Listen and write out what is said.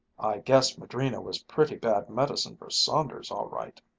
guess madrina was pretty bad medicine for saunders, all right.